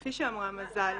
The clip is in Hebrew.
כפי שאמרה מזל,